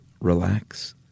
relax